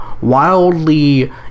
wildly